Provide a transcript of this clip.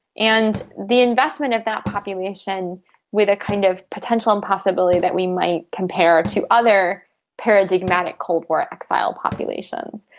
and the investment of that population with a kind of potential impossibility that we might compare to other paradigmatic cold war exile populations.